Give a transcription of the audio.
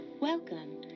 Welcome